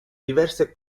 diverse